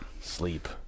sleep